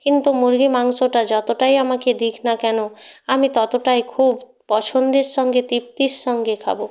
কিন্তু মুরগি মাংসটা যতটাই আমাকে দিক না কেন আমি ততটাই খুব পছন্দের সঙ্গে তৃপ্তির সঙ্গে খাবো